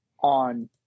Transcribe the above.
on